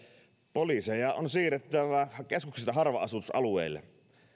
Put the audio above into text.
poliiseja on siirrettävä keskuksista harva asutusalueille